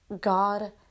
God